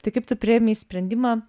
tai kaip tu priėmei sprendimą